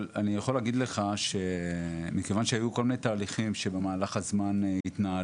אבל אני יכול להגיד לך שמכיוון שהיו כל מיני תהליכים שבמהלך הזמן התנהלו